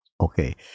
Okay